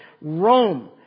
Rome